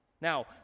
Now